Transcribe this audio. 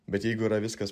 bet jeigu yra viskas